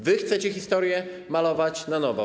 Wy chcecie historię malować na nowo.